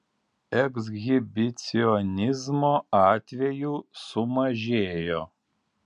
ekshibicionizmo atvejų sumažėjo